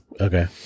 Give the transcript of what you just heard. Okay